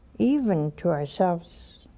even to ourselves,